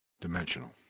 dimensional